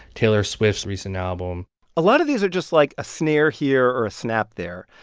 taylor swift's recent album a lot of these are just, like, a snare here or a snap there.